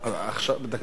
ועדת הכספים.